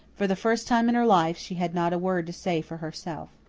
for the first time in her life she had not a word to say for herself.